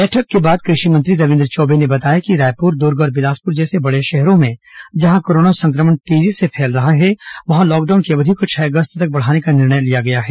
बैठक के बाद कृषि मंत्री रविंद्र चौबे ने बताया कि रायपुर दुर्ग और बिलासपुर जैसे बड़े शहरों में जहां कोरोना संक्रमण तेजी से फैल रहा है वहां लॉकडाउन की अवधि को छह अगस्त तक बढ़ाने का निर्णय लिया गया है